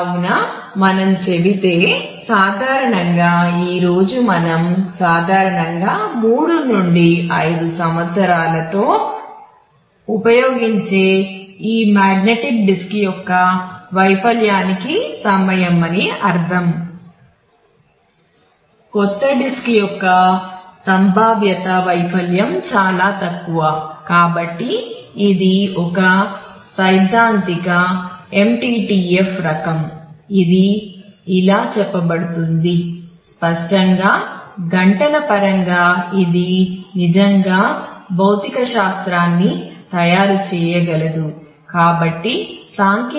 కాబట్టి మనం చెబితే సాధారణంగా ఈ రోజు మనం సాధారణంగా 3 నుండి 5 సంవత్సరాలలో ఉపయోగించే ఈ మాగ్నెటిక్ డిస్క్ యొక్క వైఫల్యానికి సమయం అని అర్ధం